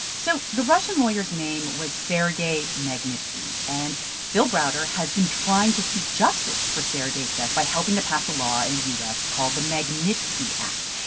so the russian lawyer's name was sergei magnitsky. and bill browder has been trying to seek justice for sergei's death by helping to pass a law in the u s. called the magnitsky act.